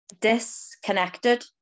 disconnected